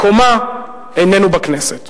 מקומה איננו בכנסת.